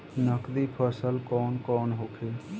नकदी फसल कौन कौनहोखे?